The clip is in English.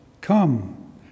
Come